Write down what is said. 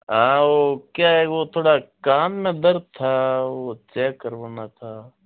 हाँ वो क्या है वो थोड़ा कान में दर्द था वो चेक करवाना था